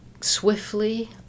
swiftly